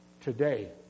today